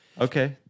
okay